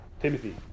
Timothy